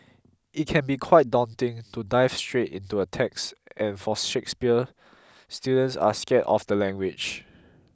it can be quite daunting to dive straight into a text and for Shakespeare students are scared of the language